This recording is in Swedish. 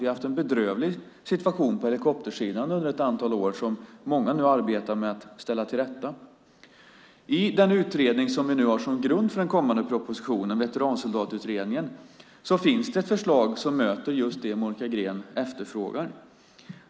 Vi har haft en bedrövlig situation på helikoptersidan under ett antal år som många nu arbetar med att ställa till rätta. I den utredning som vi nu har som grund för den kommande propositionen, Veteransoldatutredningen, finns det ett förslag som möter just det som Monica Green efterfrågar.